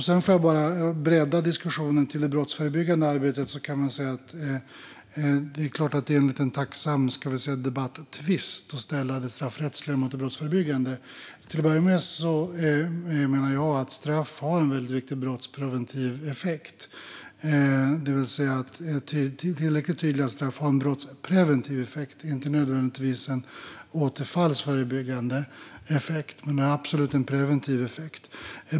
Sedan ska jag bredda diskussionen till det brottsförebyggande arbetet. Det är klart att det är en lite tacksam, ska vi säga, debattvist att ställa det straffrättsliga mot det brottsförebyggande. Till att börja med menar jag att straff har en väldigt viktig brottspreventiv effekt, det vill säga tillräckligt tydliga straff har en brottspreventiv effekt. De har inte nödvändigtvis en återfallsförebyggande effekt men absolut en preventiv effekt.